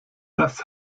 das